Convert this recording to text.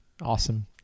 Awesome